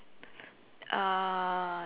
uh